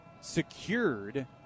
secured